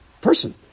person